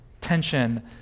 tension